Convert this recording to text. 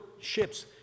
ships